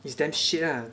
is damn shit lah